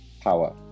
Power